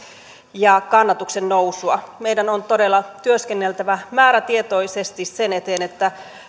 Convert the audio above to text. ja kannatuksen nousua meidän on todella työskenneltävä määrätietoisesti sen eteen että